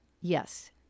Yes